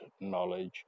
knowledge